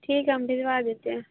ٹھیک ہے ہم بھجوا دیتے ہیں